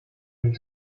een